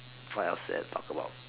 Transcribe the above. what else there to talk about